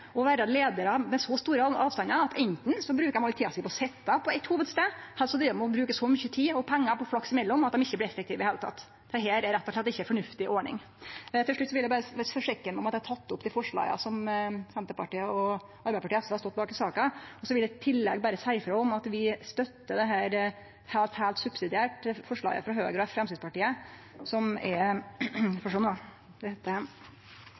med så store avstandar at dei anten bruker all tida si på å sitje på ein hovudplass, eller så bruker dei så mykje tid og pengar på å flakse imellom at dei ikkje blir effektive i det heile. Dette er rett og slett ikkje ei fornuftig ordning. Til slutt vil eg berre forsikre meg om at eg har teke opp det forslaget som Senterpartiet, Arbeidarpartiet og SV står bak i saka. Så vil eg i tillegg berre seie frå om at vi støttar – heilt, heilt subsidiært – det forslaget frå Høgre og Framstegspartiet som